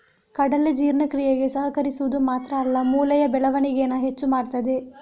ಕಡಲೆ ಜೀರ್ಣಕ್ರಿಯೆಗೆ ಸಹಕರಿಸುದು ಮಾತ್ರ ಅಲ್ಲ ಮೂಳೆಯ ಬೆಳವಣಿಗೇನ ಹೆಚ್ಚು ಮಾಡ್ತದೆ